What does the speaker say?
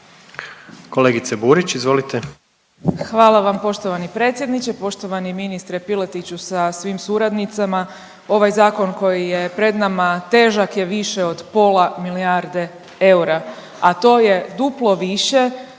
izvolite. **Burić, Majda (HDZ)** Hvala vam poštovani predsjedniče. Poštovani ministre Piletiću sa svim suradnicama. Ovaj zakon koji je pred nama težak je više od pola milijarde eura, a to je duplo više